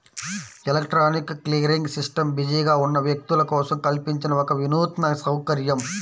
electronic clearing system బిజీగా ఉన్న వ్యక్తుల కోసం కల్పించిన ఒక వినూత్న సౌకర్యం